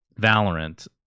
Valorant